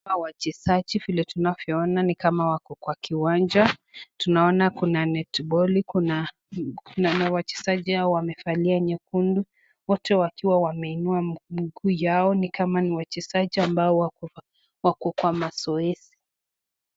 Hawa wachezaji vile tunavyoona ni kama wako Kwa kiwanja, tunaona Kuna netiboli Kuna...Na wachezaji hao wamevalia nyekundu wote wakiwa wameinua miguu yao, nikama ni wachezaji ambao wako kwa mazoezi.